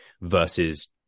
versus